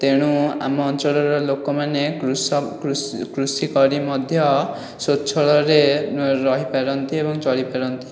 ତେଣୁ ଆମ ଅଞ୍ଚଳର ଲୋକମାନେ କୃଷି କରି ମଧ୍ୟ ସ୍ୱଚ୍ଛଳରେ ରହିପାରନ୍ତି ଏବଂ ଚଳିପାରନ୍ତି